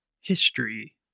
history